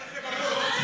אין לכם מקור תקציבי.